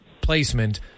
placement